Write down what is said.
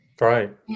Right